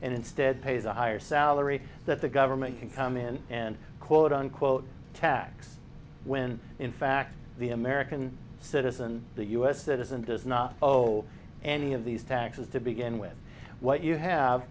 and instead pays a higher salary that the government can come in and quote unquote tax when in fact the american citizen the u s citizen does not owe any of these taxes to begin with what you have